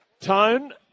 Tone